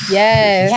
yes